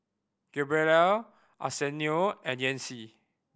gabrielle Arsenio and Yancy